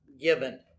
given